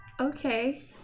Okay